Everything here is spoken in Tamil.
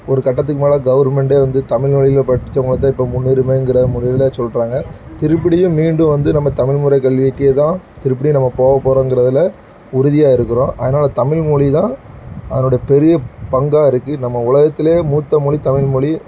ஒரு கட்டத்துக்கு மேலே கவர்மெண்ட்டே வந்து தமிழ் வழில படித்தவங்களுக்கு தான் இப்போது முன்னுரிமைங்குற முடிவில் சொல்றாங்க திருப்பியும் மீண்டும் வந்து நம்ம தமிழ் முறை கல்விக்கே தான் திருப்பியும் நம்ம போகப் போகிறோம்ங்குறதுல உறுதியாக இருக்கிறோம் அதனால தமிழ் மொழி தான் அதனுடைய பெரிய பங்காக இருக்குது நம்ம உலகத்துலேயே மூத்த மொழி தமிழ் மொழி